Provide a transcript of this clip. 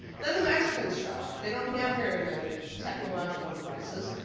then the mexicans show up. they don't have very many technological devices.